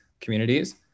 communities